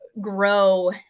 grow